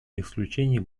исключений